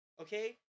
okay